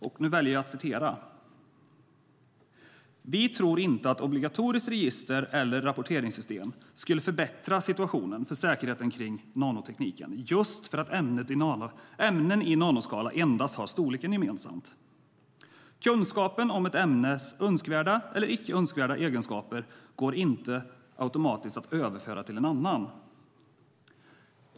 Där framgick följande: De tror inte att ett obligatoriskt register eller ett rapporteringssystem skulle förbättra situationen för säkerheten runt nanotekniken, just för att ämnen i nanoskalan endast har storleken gemensamt. Kunskapen om ett ämnes önskvärda eller icke önskvärda egenskaper går inte att automatiskt överföra till en annan.